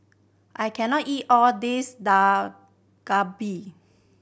I can not eat all this Dak Galbi